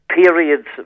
periods